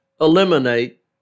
eliminate